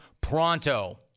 pronto